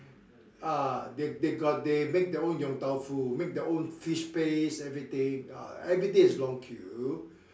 ah they they got they make their own Yong-Tau-Foo make their own fish paste and everything ah everyday is long queue